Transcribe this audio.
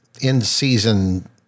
in-season